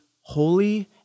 holy